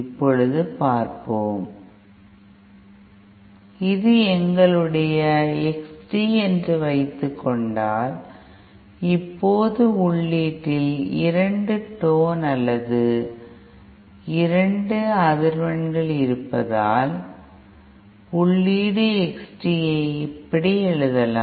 இப்போது பார்ப்போம் இது எங்களுடைய எக்ஸ் டி என்று வைத்துக்கொண்டால் இப்போது உள்ளீட்டில் 2 டோன் அல்லது 2 அதிர்வெண்கள் இருப்பதால் உள்ளீடு Xt ஐ இப்படிஎழுதலாம்